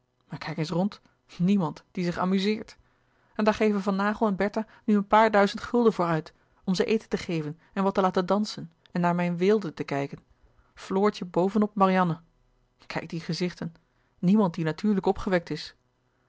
maar kijk eens rond niemand die zich amuzeert en daar geven van naghel en bertha nu een paar duizend louis couperus de boeken der kleine zielen gulden voor uit om ze eten te geven en wat te laten dansen en naar mijn weelde te kijken floortje boven op marianne kijk die gezichten niemand die natuurlijk opgewekt is